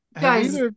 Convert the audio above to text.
Guys